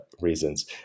reasons